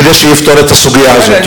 כדי שיפתור את הסוגיה הזאת.